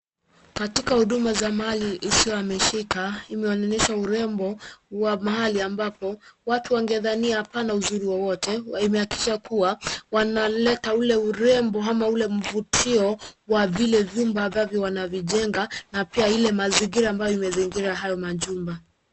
Katika huduma za mali isiyohamishika, imeoneleshwa urembo wa mahali ambapo watu wangedhania hapana uzuri wowote, kwa hivo imehakikisha kuwa . Wanaleta ule urembo ama ule mvutio wa vile vyumba ambavyo wanavijenga, na pia ile mazingira ambayo imezingira hiyo majumba.